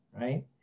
right